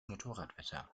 motorradwetter